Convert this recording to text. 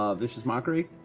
um vicious mockery?